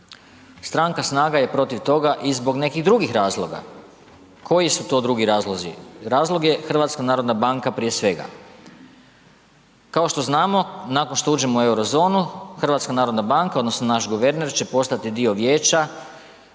Stranka SNAGA je protiv toga i zbog nekih drugih razloga. Koji su to drugi razlozi? Razlog je HNB prije svega. Kao što znamo nakon što uđemo u euro zonu HNB odnosno naš guverner će postati dio vijeća